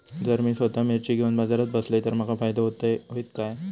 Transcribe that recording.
जर मी स्वतः मिर्ची घेवून बाजारात बसलय तर माका फायदो होयत काय?